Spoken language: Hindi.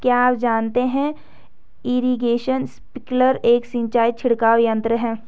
क्या आप जानते है इरीगेशन स्पिंकलर एक सिंचाई छिड़काव यंत्र है?